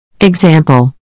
Example